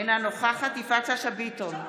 אינה נוכחת יפעת שאשא ביטון,